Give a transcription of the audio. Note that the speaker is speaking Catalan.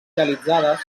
realitzades